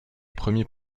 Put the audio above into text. premier